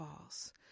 false